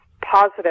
positive